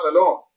alone